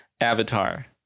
Avatar